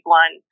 one